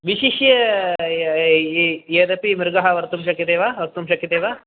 विशिष्य यदपि मृगः वक्तुं शक्यते वा वक्तुं शक्यते वा